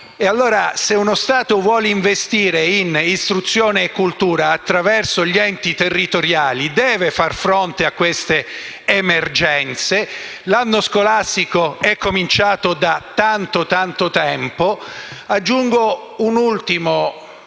Se uno Stato vuole investire in istruzione e cultura attraverso gli enti territoriali deve far fronte a queste emergenze. L’anno scolastico è cominciato da tanto, tanto tempo. Aggiungo un ultimo